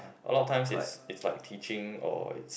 a lot of times it's it's like teaching or it's